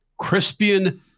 Crispian